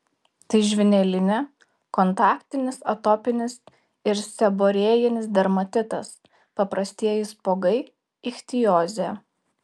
tai žvynelinė kontaktinis atopinis ir seborėjinis dermatitas paprastieji spuogai ichtiozė